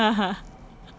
ya